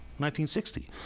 1960